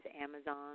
Amazon